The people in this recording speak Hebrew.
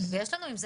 ויש לנו עם זה